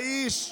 האיש,